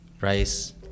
rice